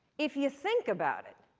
if you think about it,